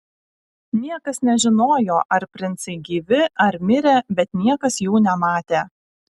niekas nežinojo ar princai gyvi ar mirę bet niekas jų nematė